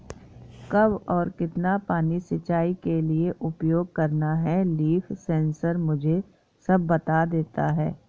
कब और कितना पानी सिंचाई के लिए उपयोग करना है लीफ सेंसर मुझे सब बता देता है